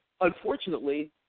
unfortunately